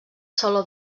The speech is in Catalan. saló